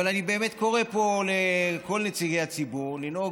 אבל אני קורא לכל נציגי הציבור לנהוג